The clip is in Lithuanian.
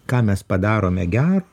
ką mes padarome gera